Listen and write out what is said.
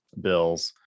bills